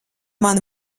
man